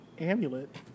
amulet